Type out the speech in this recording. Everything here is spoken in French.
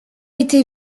été